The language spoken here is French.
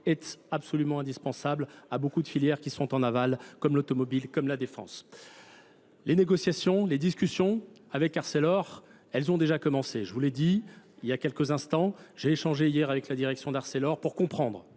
est absolument indispensable à beaucoup de filières qui sont en aval, comme l'automobile, comme la défense. Les négociations, les discussions avec Arcelor, elles ont déjà commencé. Je vous l'ai dit il y a quelques instants, j'ai échangé hier avec la direction d'Arcelor pour comprendre